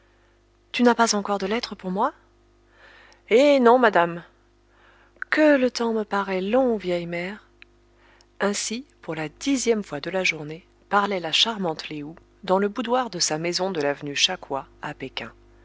tu n'as pas encore de lettre pour moi eh non madame que le temps me paraît long vieille mère ainsi pour la dixième fois de la journée parlait la charmante lé ou dans le boudoir de sa maison de l'avenue cha coua à péking